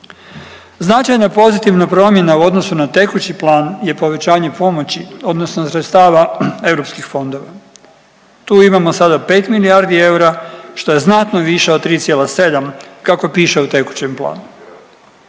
Značajna pozitivna promjena u odnosu na tekući plan je povećanje pomoći odnosno sredstava europskih fondova. Tu imamo sada 5 milijardi eura, što je znatno više od 3,7 kako piše u tekućem planu.